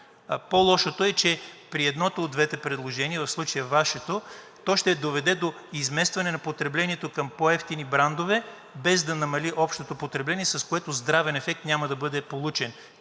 По-лошото е, че при едното от двете предложения, в случая Вашето, то ще доведе до изместване на потреблението към по-евтини брандове, без да намали общото потребление, с което здравен ефект няма да бъде получен.